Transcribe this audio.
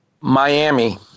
Miami